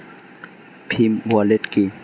Bhim wallet কি?